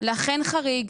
אכן חריג,